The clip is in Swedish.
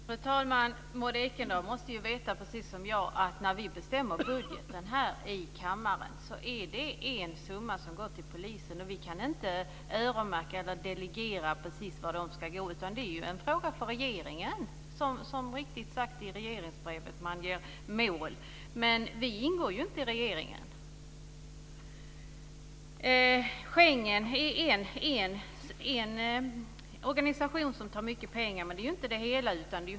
Fru talman! Maud Ekendahl måste ju precis som jag veta att när vi bestämmer budgeten här i kammaren är det en summa som går till polisen. Vi kan inte öronmärka och bestämma vart pengarna ska gå. Det är en fråga för regeringen, som så riktigt sagts. Man ger mål i regleringsbrevet. Men vi ingår ju inte i regeringen. Schengen är en organisation som tar mycket pengar. Men det är ju inte det hela.